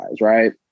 right